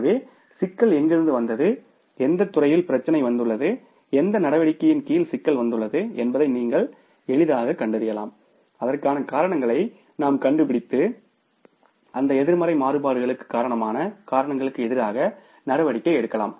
எனவே சிக்கல் எங்கிருந்து வந்தது எந்தத் துறையில் பிரச்சினை வந்துள்ளது எந்த நடவடிக்கையின் கீழ் சிக்கல் வந்துள்ளது என்பதை நீங்கள் எளிதாகக் கண்டறியலாம் அதற்கான காரணங்களை நாம் கண்டுபிடித்து அந்த எதிர்மறை மாறுபாடுகளுக்கு காரணமான காரணங்களுக்கு எதிராக நடவடிக்கை எடுக்கலாம்